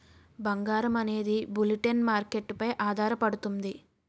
బంగారం అనేది bullion market పై ఆధారపడుతుంది